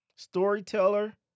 Storyteller